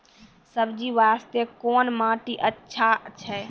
सब्जी बास्ते कोन माटी अचछा छै?